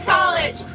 College